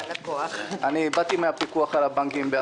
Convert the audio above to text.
באתי מהפיקוח על הבנקים,